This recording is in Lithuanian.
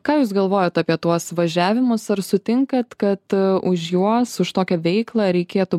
ką jūs galvojat apie tuos važiavimus ar sutinkat kad už juos už tokią veiklą reikėtų